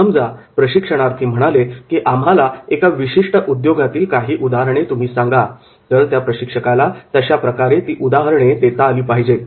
समजा प्रशिक्षणार्थी म्हणाले की 'आम्हाला एका विशिष्ट उद्योगातील काही उदाहरणे तुम्ही सांगा' तर त्या प्रशिक्षकाला तशा प्रकारे ती उदाहरणे देता आली पाहिजेत